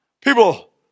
People